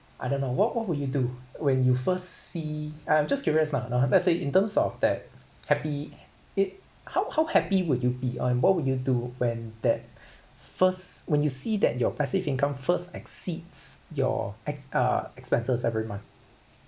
I don't know what what would you do when you first see I I'm just curious lah let's say in terms of that happy it how how happy would you be and what would you do when that first when you see that your passive income first exceeds your act~ uh expenses every month